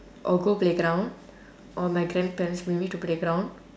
or go playground or my grandparents bring me to playground